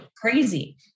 Crazy